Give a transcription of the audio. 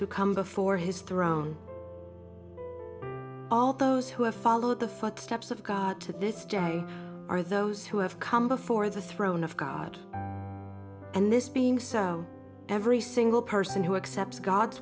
who come before his throne all those who have followed the footsteps of god to this day are those who have come before the throne of god and this being so every single person who accepts god's